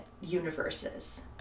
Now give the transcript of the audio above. universes